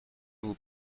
vous